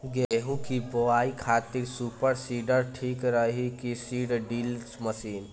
गेहूँ की बोआई खातिर सुपर सीडर ठीक रही की सीड ड्रिल मशीन?